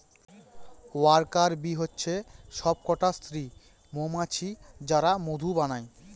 worker bee হচ্ছে সবকটা স্ত্রী মৌমাছি যারা মধু বানায়